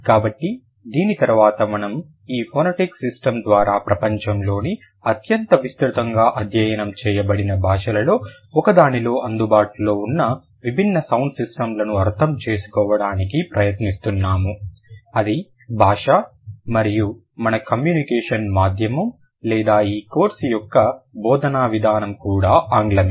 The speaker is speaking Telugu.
కాబట్టి దీని తర్వాత మనము ఈ ఫోనెటిక్ సిస్టమ్ ద్వారా ప్రపంచంలోని అత్యంత విస్తృతంగా అధ్యయనం చేయబడిన భాషలలో ఒకదానిలో అందుబాటులో ఉన్న విభిన్న సౌండ్ సిస్టమ్లను అర్థం చేసుకోవడానికి ప్రయత్నిస్తున్నాము అది భాష మరియు మన కమ్యూనికేషన్ మాధ్యమం లేదా ఈ కోర్సు యొక్క బోధనా విధానం కూడా ఆంగ్లమే